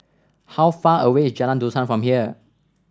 how far away is Jalan Dusan from here